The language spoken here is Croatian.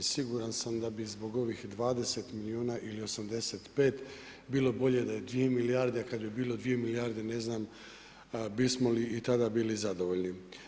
Siguran sam da bi zbog ovih 20 milijuna ili 85 bilo bolje da je 2 milijarde, kad bi bilo 2 milijarde ne znam bismo li i tada bili zadovoljni.